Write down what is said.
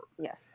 Yes